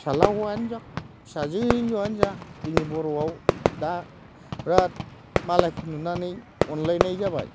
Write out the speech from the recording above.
फिसाज्ला हौवायानो जा फिजाजो हिनजावानो जा जोंनि बर'आव दा बिराद मालायखौ नुनानै अनलायनाय जाबाय